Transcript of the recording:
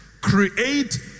Create